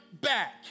back